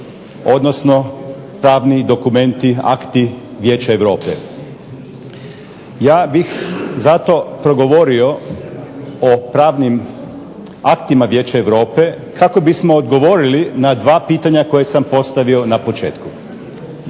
odnosno pravni dokumenti akti Vijeća Europe. Ja bih zato progovorio o pravnima aktima Vijeća Europe kako bismo odgovorili na dva pitanja koja sam postavio na početku.